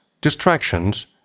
distractions